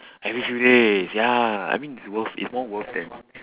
every few days ya I mean it's worth it's more worth then